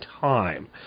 time